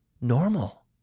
normal